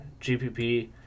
GPP